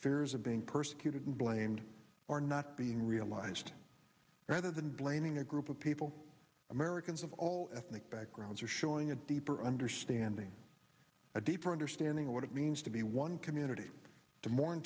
of being persecuted and blamed for not being realized rather than blaming a group of people americans of all ethnic backgrounds are showing a deeper understanding a deeper understanding of what it means to be one community to mourn